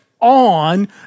on